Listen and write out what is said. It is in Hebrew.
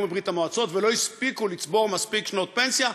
מברית-המועצות ולא הספיקו לצבור מספיק שנות פנסיה,